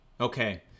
okay